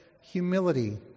humility